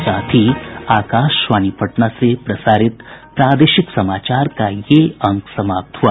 इसके साथ ही आकाशवाणी पटना से प्रसारित प्रादेशिक समाचार का ये अंक समाप्त हुआ